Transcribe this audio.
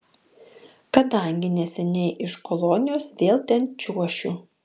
kadangi neseniai iš kolonijos vėl ten čiuošiu